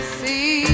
see